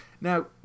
Now